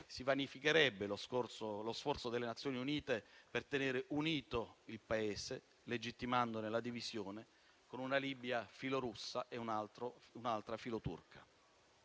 si vanificherebbe lo sforzo delle Nazioni Unite per tenere unito il Paese, legittimandone la divisione con una Libia filorussa e un'altra filoturca.